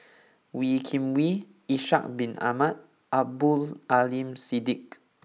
Wee Kim Wee Ishak Bin Ahmad and Abdul Aleem Siddique